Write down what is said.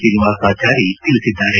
ಶ್ರೀನಿವಾಸಾಚಾರಿ ತಿಳಿಸಿದ್ದಾರೆ